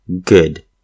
good